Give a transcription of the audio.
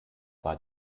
war